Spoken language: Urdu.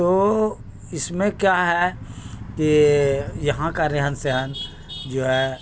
تو اس میں کیا ہے کہ یہاں کا رہن سہن جو ہے